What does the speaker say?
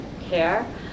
care